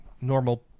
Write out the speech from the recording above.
normal